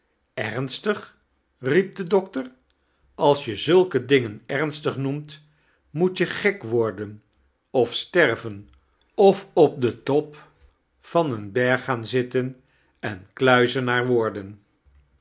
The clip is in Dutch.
emstig riep de doctor alsi je zulke dingen ernstig noemt moet je gek worden of sterven of op den top van een berg gaan zitten en kluizenaar worden